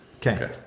Okay